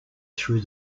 threw